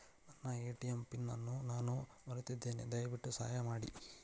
ನನ್ನ ATM PIN ಅನ್ನು ನಾನು ಮರೆತಿದ್ದೇನೆ, ದಯವಿಟ್ಟು ಸಹಾಯ ಮಾಡಿ